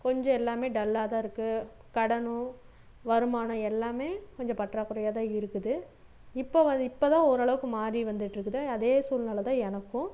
கொஞ்சம் எல்லாமே டல்லாக தான் இருக்கு கடனும் வருமானம் எல்லாமே கொஞ்சம் பற்றாக்குறையா தான் இருக்குது இப்போ வந் இப்போ தான் ஓரளவுக்கு மாறி வந்துட்டுருக்குது அதே சூழ்நில தான் எனக்கும்